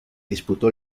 disputó